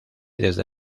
desde